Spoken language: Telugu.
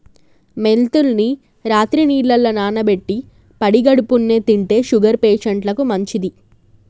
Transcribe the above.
మెంతుల్ని రాత్రి నీళ్లల్ల నానబెట్టి పడిగడుపున్నె తింటే షుగర్ పేషంట్లకు మంచిది